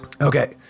Okay